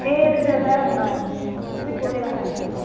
এ এইটো দেওবাৰে ওলাবা তুমি কৈ দিবা খালী সিহঁতক